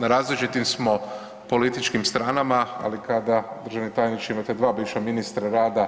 Na različitim smo političkim stranama, ali kada državni tajniče imate dva bivša ministra rada